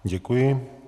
Děkuji.